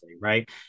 right